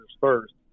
first